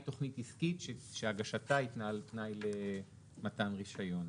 תוכנית עסקית שהגשתה היא תנאי למתן רישיון.